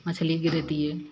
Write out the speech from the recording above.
मछलीके दैतियै